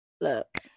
Look